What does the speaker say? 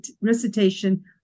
recitation